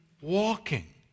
walking